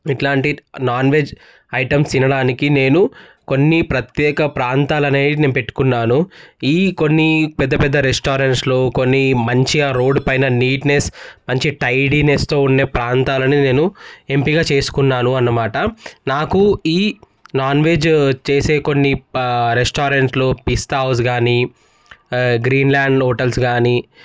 ఇట్లాంటి non veg items తినడానికి నేను కొన్ని ప్రత్యేక ప్రాంతాలనే నేను పెట్టుకున్నాను ఈ కొన్నిపెద్ద పెద్ద రెస్టారెంట్స్లో కొన్ని మంచిగా రోడ్ పైన నీట్నేస్ మంచి టైడినెస్తో ఉండే ప్రాంతాలను నేను ఎంపిక చేసుకున్నాను అనమాట నాకు ఈ నాన్ వెజ్ చేసే కొన్ని రెస్టారెంట్స్లో పిస్తా హౌజ్ గానీ గ్రీన్ ల్యాండ్ హోటల్స్ గానీ